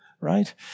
right